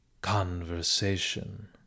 conversation